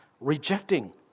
rejecting